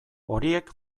horiek